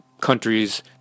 countries